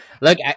Look